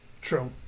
True